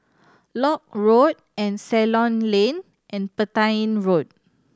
Lock Road and Ceylon Lane and Petain Road